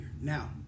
now